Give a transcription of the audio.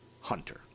Hunter